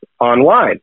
online